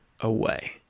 away